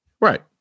Right